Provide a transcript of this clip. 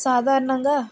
సాధారణంగా